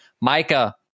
Micah